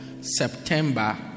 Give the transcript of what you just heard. September